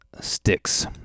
Sticks